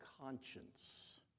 conscience